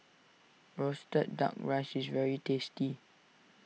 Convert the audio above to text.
Roasted Duck Rice is very tasty